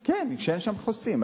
כן, כשאין שם חוסים.